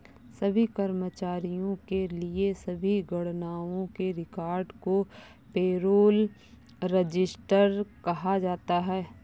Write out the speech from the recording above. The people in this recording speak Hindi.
सभी कर्मचारियों के लिए सभी गणनाओं के रिकॉर्ड को पेरोल रजिस्टर कहा जाता है